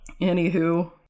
Anywho